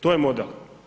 To je mode.